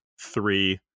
three